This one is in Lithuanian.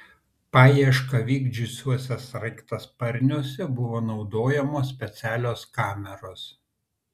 paiešką vykdžiusiuose sraigtasparniuose buvo naudojamos specialios kameros